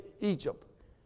Egypt